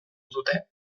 dute